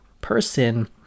person